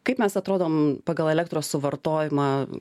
kaip mes atrodom pagal elektros suvartojimą